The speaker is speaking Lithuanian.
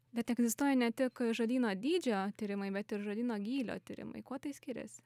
bet egzistuoja ne tik žodyno dydžio tyrimai bet ir žodyno gylio tyrimai kuo tai skiriasi